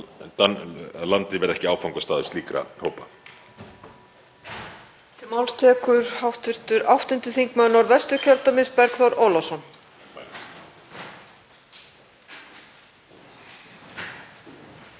til að landið verði ekki áfangastaður slíkra hópa.